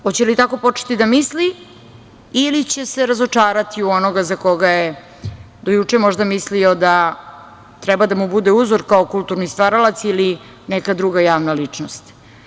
Hoće li tako početi da misli ili će se razočarati u onoga za koga je do juče možda mislio da treba da mu bude uzor kao kulturni stvaralac ili neka druga javna ličnost?